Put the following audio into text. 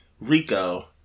RICO